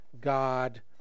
God